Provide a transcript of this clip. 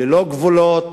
ללא גבולות.